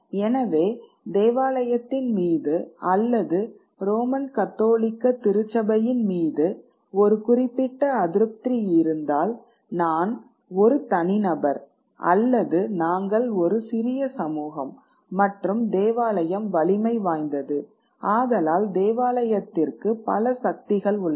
எனவே தேவாலயத்தின் மீது அல்லது ரோமன் கத்தோலிக்க திருச்சபையின் மீது ஒரு குறிப்பிட்ட அதிருப்தி இருந்தால் நான் ஒரு தனிநபர் அல்லது நாங்கள் ஒரு சிறிய சமூகம் மற்றும் தேவாலயம் வலிமை வாய்ந்தது ஆதலால் தேவாலயத்திற்கு பல சக்திகள் உள்ளன